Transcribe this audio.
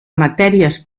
matèries